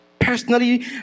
personally